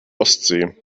ostsee